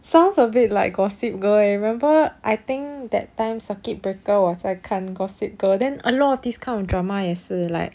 sounds a bit like gossip girl eh remember I think that time circuit breaker 我在看 gossip girl then a lot of this kind of drama 也是 like